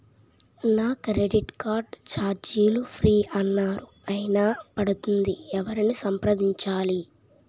నా credit card ఛార్జీలు free అన్నారు అయినా పడుతుంది ఎవరిని సంప్రదించాలి?